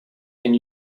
and